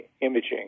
imaging